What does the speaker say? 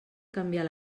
canviar